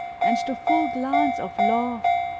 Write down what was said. and the full glance of love,